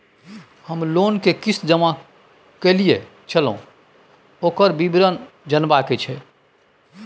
हम लोन के किस्त जमा कैलियै छलौं, ओकर विवरण जनबा के छै?